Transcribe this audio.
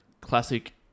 classic